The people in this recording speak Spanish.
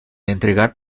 entregar